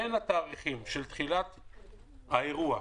בין תחילת האירוע,